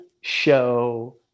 show